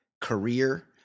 career